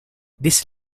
this